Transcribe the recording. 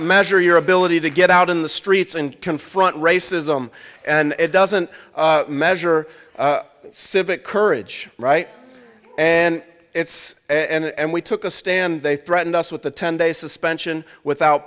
measure your ability to get out in the streets and confront racism and it doesn't measure civic courage right and it's and we took a stand they threatened us with a ten day suspension without